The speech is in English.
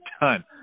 done